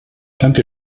danke